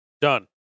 Done